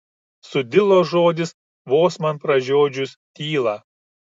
sudilo žodis vos man pražiodžius tylą